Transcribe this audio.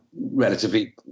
relatively